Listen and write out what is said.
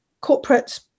corporate